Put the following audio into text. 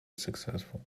successful